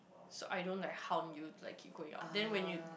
so I don't like haunt you like keep going out then when you